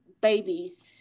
babies